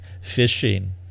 fishing